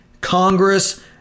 Congress